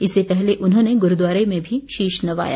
इससे पहले उन्होंने गुरूद्वारे में शीश भी नवाया